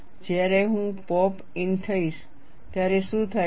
જ્યારે હું pop in થઈશ ત્યારે શું થાય છે